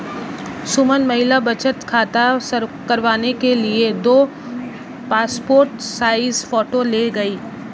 सुमन महिला बचत खाता करवाने के लिए दो पासपोर्ट साइज फोटो ले गई